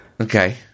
Okay